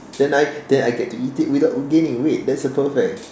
then I then I get to eat it without gaining weight that's a perfect